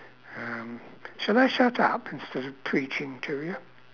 um should I shut up instead of preaching to you